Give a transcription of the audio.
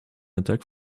attack